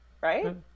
Right